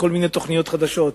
בכל מיני תוכניות חדשות,